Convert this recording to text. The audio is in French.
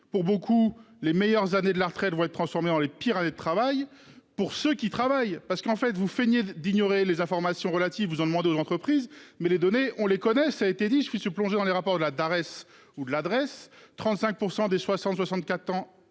pour beaucoup les meilleures années de la retraite, vont être transformés dans les pires années de travail pour ceux qui travaillent parce qu'en fait vous feignez d'ignorer les informations relatives vous on demande aux entreprises. Mais les données, on les connaît. Ça a été dit, je suis se plonger dans les rapports de la Darès ou l'adresse, 35% des 60 64 ans